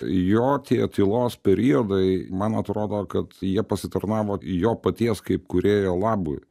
tai jo tie tylos periodai man atrodo kad jie pasitarnavo į jo paties kaip kūrėjo labui